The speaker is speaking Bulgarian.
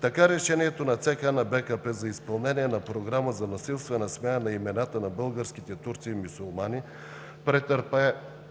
Така решението на ЦК на БКП за изпълнение на програма за насилствена смяна на имената на българските турци и мюсюлмани